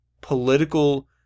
political